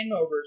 hangovers